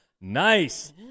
nice